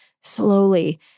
slowly